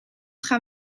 gaan